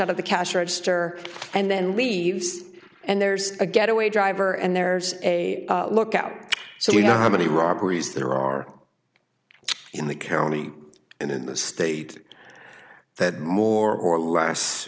out of the cash register and then leaves and there's a getaway driver and there's a lookout so we know how many robberies there are in the county and in the state that more or less